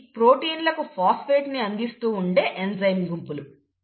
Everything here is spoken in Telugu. ఇవి ప్రోటీన్లకు ఫాస్ఫేట్ ను అందిస్తూ ఉండే ఎంజైమ్ గుంపులు